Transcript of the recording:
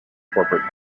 corporate